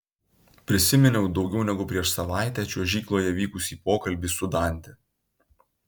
prisiminiau daugiau negu prieš savaitę čiuožykloje vykusį pokalbį su dante